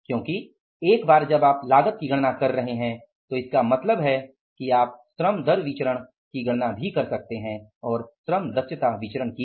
क्योंकि एक बार जब आप लागत की गणना कर रहे हैं तब इसका मतलब है कि आप श्रम दर विचरण की गणना भी कर सकते है और श्रम दक्षता विचरण भी